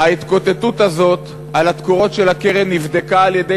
ההתקוטטות הזאת על התקורות של הקרן נבדקה על-ידי